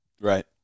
Right